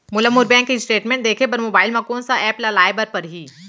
मोला मोर bank statement देखे बर मोबाइल मा कोन सा एप ला लाए बर परही?